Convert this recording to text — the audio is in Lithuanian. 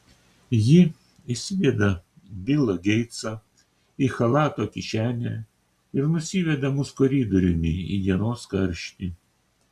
ji įsideda bilą geitsą į chalato kišenę ir nusiveda mus koridoriumi į dienos karštį